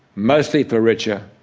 mostly for richer,